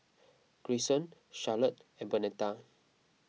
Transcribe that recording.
Grayson Charlotte and Bernetta